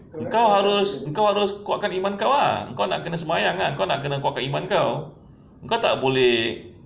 kau harus engkau harus kuatkan iman kau ah engkau nak kena sembahyang ah kau nak kena kuatkan iman kau engkau tak boleh